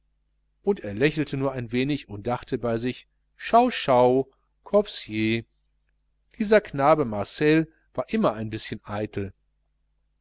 und er lächelte nur ein wenig und dachte bei sich schau schau corpsier dieser knabe marcel war immer ein bischen eitel